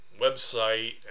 website